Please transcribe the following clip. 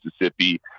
Mississippi